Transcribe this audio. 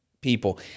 people